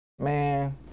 man